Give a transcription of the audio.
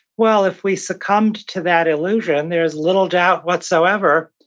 well, if we succumbed to that illusion, there's little doubt whatsoever,